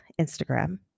Instagram